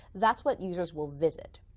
that's what users will visit.